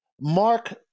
Mark